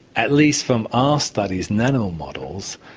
at least from our studies in animal models,